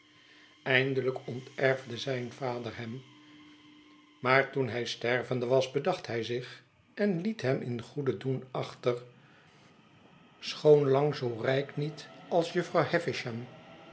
eindelijk onterfde zijn vader hem maar toen hij stervende was bedacht hij zich en liet hem in goeden doen achter schoon lang zoo rijk niet als jufvrouw